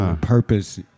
Purpose